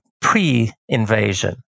Pre-invasion